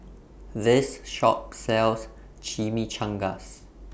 This Shop sells Chimichangas